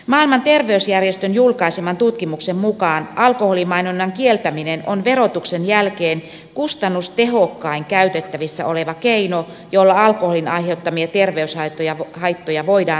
maailman terveysjärjestön julkaiseman tutkimuksen mukaan alkoholimainonnan kieltäminen on verotuksen jälkeen kustannustehokkain käytettävissä oleva keino jolla alkoholin aiheuttamia terveyshaittoja voidaan vähentää